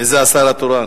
מי השר התורן?